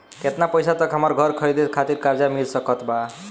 केतना पईसा तक हमरा घर खरीदे खातिर कर्जा मिल सकत बा?